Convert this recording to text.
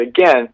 again